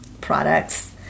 products